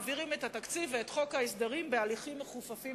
מעבירים את התקציב ואת חוק ההסדרים בהליכים מחופפים,